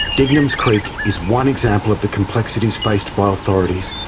dignams creek is one example of the complexities faced by authorities,